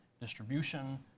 distribution